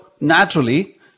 naturally